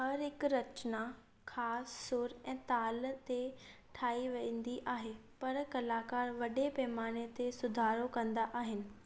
हर हिकु रचना ख़ासि सुर ऐं ताल ते ठाई वेंदी आहे पर कलाकारु वडे॒ पैमाने ते सुधारो कंदा आहिनि